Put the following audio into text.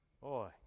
Boy